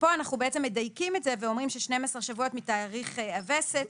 ופה אנחנו מדייקים את זה ואומרים ש-12 שבועות מתאריך הווסת,